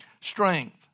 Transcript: strength